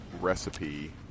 recipe